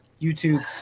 YouTube